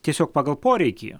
tiesiog pagal poreikį